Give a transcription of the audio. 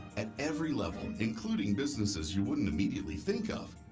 at every level, including businesses you wouldn't immediately think of,